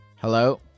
Hello